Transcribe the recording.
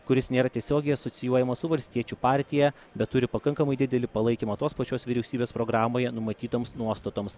kuris nėra tiesiogiai asocijuojamas su valstiečių partija bet turi pakankamai didelį palaikymą tos pačios vyriausybės programoje numatytoms nuostatoms